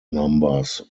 numbers